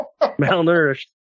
Malnourished